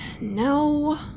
No